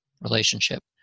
relationship